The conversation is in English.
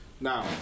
Now